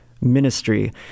ministry